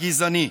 הגזעני.